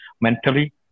mentally